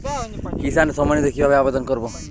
কিষান সম্মাননিধি কিভাবে আবেদন করব?